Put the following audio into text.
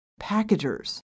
packagers